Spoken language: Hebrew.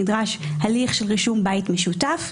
נדרש הליך של רישום בית משותף.